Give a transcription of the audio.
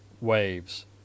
waves